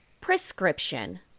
Prescription